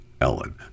Ellen